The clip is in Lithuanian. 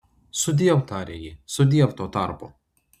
sudiev tarė ji sudiev tuo tarpu